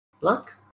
Luck